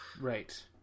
Right